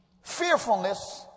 Fearfulness